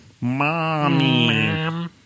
Mommy